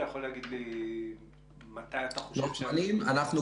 אתה יכול להגיד לי מתי אתה חושב --- לוח זמנים,